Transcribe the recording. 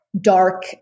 dark